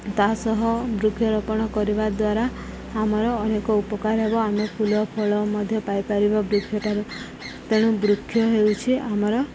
ତା' ସହ ବୃକ୍ଷରୋପଣ କରିବା ଦ୍ୱାରା ଆମର ଅନେକ ଉପକାର ହେବ ଆମେ ଫୁଲ ଫଳ ମଧ୍ୟ ପାଇପାରିବ ବୃକ୍ଷଟାରୁ ତେଣୁ ବୃକ୍ଷ ହେଉଛି ଆମର